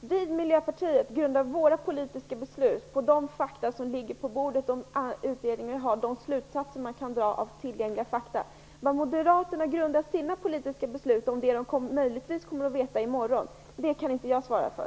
Vi i Miljöpartiet grundar våra politiska beslut på de fakta som ligger på bordet, de utredningar som finns och de slutsatser som man kan dra av tillgängliga fakta. Vad Moderaterna grundar sina politiska beslut på om det som de möjligtvis kommer att veta i morgon kan jag inte svara för.